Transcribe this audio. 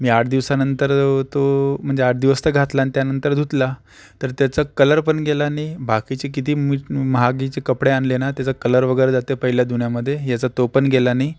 मी आठ दिवसानंतर तो म्हणजे आठ दिवस तर घातला आणि त्यानंतर धुतला तर त्याचा कलर पण गेला नाही बाकीची किती मीठ महागीचे कपडे आणले ना त्याचा कलर वगैरे जाते पहिल्या धुण्यामध्ये याचा तो पण गेला नाही